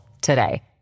today